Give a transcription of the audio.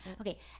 Okay